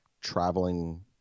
traveling